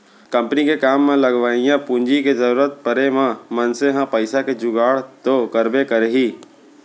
company के काम म लगवइया पूंजी के जरूरत परे म मनसे ह पइसा के जुगाड़ तो करबे करही